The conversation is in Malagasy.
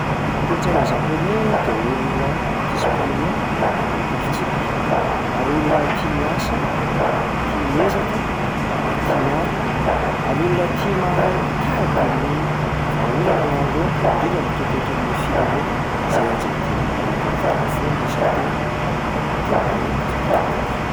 Kolontsainan'ny zaponey de olona discipliné, manaraka fitsipika ary olona tia miasa, tia miezaka ary tia miarina, ary olona tia mahay mitady ny vahaolana manoloana indrindra ny toetoetry ny fireneny izay ianjadian'ny horohorontany foana isan-taona, de mahay mikarokaroka.